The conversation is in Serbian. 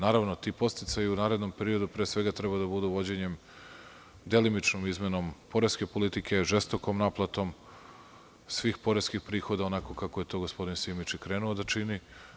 Naravno, ti podsticaji u narednom periodu pre svega treba da budu vođenjem, delimičnom izmenom poreske politike, žestokom naplatom svih poreskih prihoda, onako kako je to gospodin Simić i krenuo da čini.